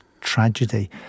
tragedy